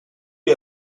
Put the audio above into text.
die